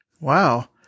Wow